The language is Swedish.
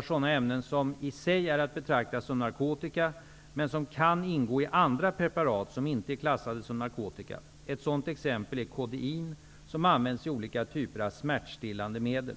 sådana ämnen som i sig är att betrakta som narkotika men som kan ingå i andra preparat som inte är klassade som narkotika. Ett sådant exempel är kodein, som används i olika typer av smärtstillande medel.